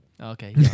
Okay